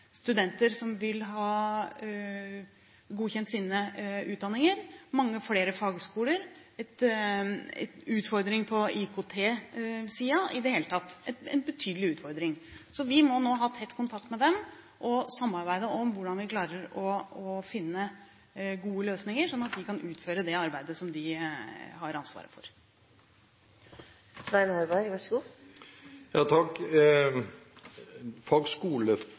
studenter som vil ha godkjent sine utdanninger, mange flere fagskoler, utfordringer på IKT-siden. De har i det hele tatt en betydelig utfordring, så vi må nå ha tett kontakt med dem og samarbeide om hvordan vi kan klare å finne gode løsninger, slik at de kan utføre det arbeidet som de har ansvaret